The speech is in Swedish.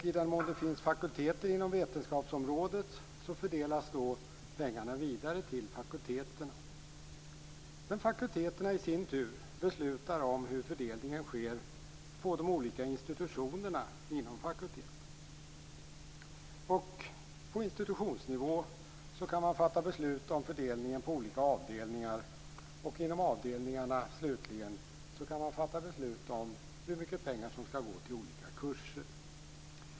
I den mån det finns fakulteter inom vetenskapsområdet fördelas pengarna vidare till fakulteterna. Fakulteterna beslutar sedan i sin tur hur fördelningen sker på de olika institutionerna inom fakulteten. På institutionsnivå kan man fatta beslut om fördelningen på olika avdelningar, och inom avdelningarna kan man slutligen fatta beslut om hur mycket pengar som skall gå till olika kurser.